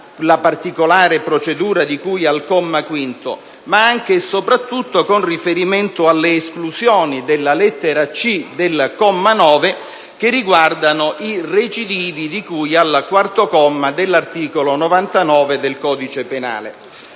la particolare procedura di cui al comma 5, ma anche e soprattutto con riferimento alle esclusioni della lettera *c)* del comma 9, che riguardano i recidivi, di cui al quarto comma dell'articolo 99 del codice penale.